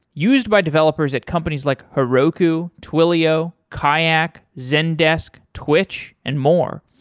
used by developers at companies like heroku, twilio, kayak, zendesk, twitch, and more.